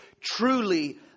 truly